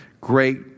great